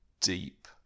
deep